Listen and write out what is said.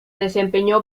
desempeñó